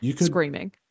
screaming